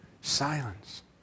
silence